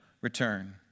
return